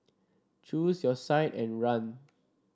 choose your side and run